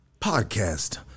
podcast